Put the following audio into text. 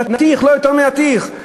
נתיך, לא יותר מנתיך.